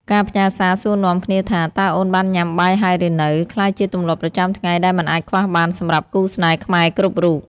ការផ្ញើសារសួរនាំគ្នាថា "តើអូនបានញ៉ាំបាយហើយឬនៅ?" ក្លាយជាទម្លាប់ប្រចាំថ្ងៃដែលមិនអាចខ្វះបានសម្រាប់គូស្នេហ៍ខ្មែរគ្រប់រូប។